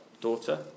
daughter